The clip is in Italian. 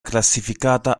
classificata